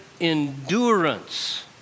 endurance